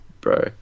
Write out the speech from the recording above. bro